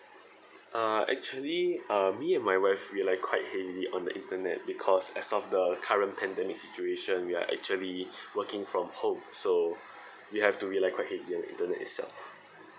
uh actually uh me and my wife we're like quite heavy on the internet because as of the current pandemic situation we are actually working from home so we have to be like quite heavy on the internet itself